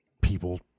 people